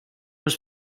oss